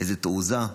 איזו תעוזה.